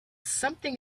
something